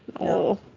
No